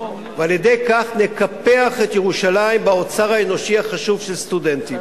ועל-ידי כך נקפח את ירושלים באוצר האנושי החשוב של סטודנטים.